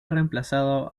reemplazado